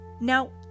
Now